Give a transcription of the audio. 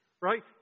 right